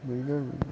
when you can